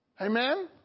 Amen